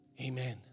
Amen